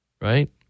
right